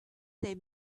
they